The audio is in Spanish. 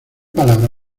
palabra